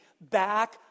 back